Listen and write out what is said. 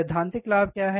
सैद्धांतिक लाभ क्या है